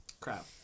crap